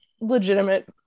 legitimate